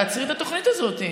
תעצרי את התוכנית הזו.